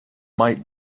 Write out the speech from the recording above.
might